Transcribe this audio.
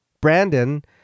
Brandon